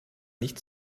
nicht